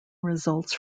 results